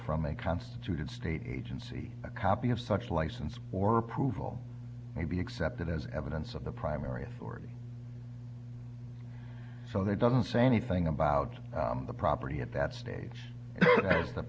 from a constituted state agency a copy of such license or approval may be accepted as evidence of the primary authority so that doesn't say anything about the property at that stage